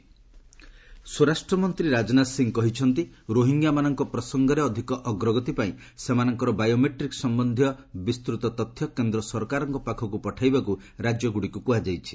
home minister WB meet ସ୍ୱରାଷ୍ଟ୍ର ମନ୍ତ୍ରୀ ରାଜନାଥ ସିଂ କହିଛନ୍ତି ରୋହିଙ୍ଗ୍ୟାମାନଙ୍କ ପ୍ରସଙ୍ଗରେ ଅଧିକ ଅଗ୍ରଗତି ପାଇଁ ସେମାନଙ୍କର ବାୟୋମେଟ୍ରିକ୍ ସମ୍ଭନ୍ଧୀୟ ବିସ୍ତୃତ ତଥ୍ୟ କେନ୍ଦ୍ର ସରକାରଙ୍କ ପାଖକୁ ପଠାଇବାକୁ ରାଜ୍ୟଗୁଡ଼ିକୁ କୁହାଯାଇଛି